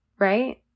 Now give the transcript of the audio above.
Right